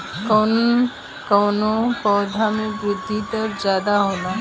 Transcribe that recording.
कवन कवने पौधा में वृद्धि दर ज्यादा होला?